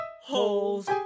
holes